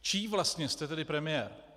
Čí vlastně jste tedy premiér?